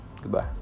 goodbye